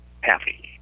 happy